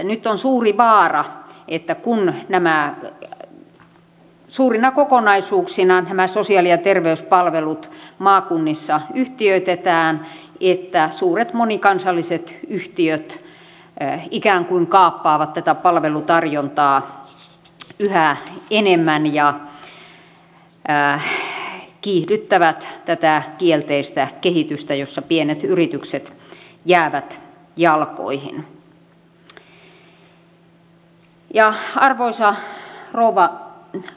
nyt on suuri vaara että kun nämä sosiaali ja terveyspalvelut suurina kokonaisuuksina maakunnissa yhtiöitetään suuret monikansalliset yhtiöt ikään kuin kaappaavat tätä palvelutarjontaa yhä enemmän ja kiihdyttävät tätä kielteistä kehitystä jossa pienet yritykset jäävät jalkoihin